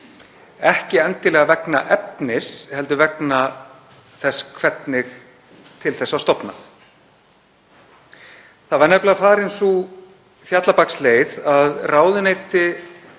ekki endilega vegna efnis heldur vegna þess hvernig til þess var stofnað. Það var nefnilega farin sú fjallabaksleið að ráðuneyti